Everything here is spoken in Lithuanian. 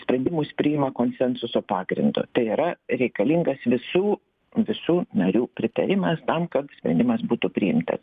sprendimus priima konsensuso pagrindu tai yra reikalingas visų visų narių pritarimas tam kad sprendimas būtų priimtas